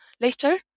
later